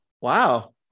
Wow